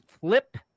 flip